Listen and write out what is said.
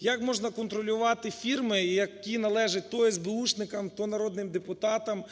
Як можна контролювати фірми, які належить то есбеушникам, то народним депутатам,